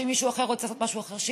כשמישהו אחר רוצה לעשות משהו אחר,